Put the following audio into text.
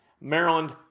Maryland